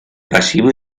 pasivo